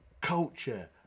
culture